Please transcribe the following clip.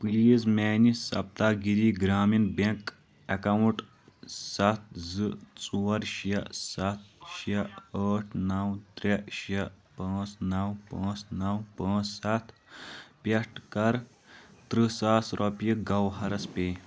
please میانہِ Saptagiri Grameen bank account ستھ زٕ ژور شیے ستھ شے ٲٹھ نَو ترے شے پانژھ نَو پانژھ نَو پانژھ ستھ پٮ۪ٹھٕ کَر ترہٕ ساس رۄپیہِ گَوہرس پے